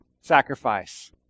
sacrifice